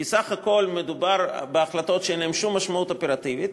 כי בסך הכול מדובר בהחלטות שאין להן שום משמעות אופרטיבית.